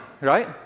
right